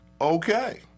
okay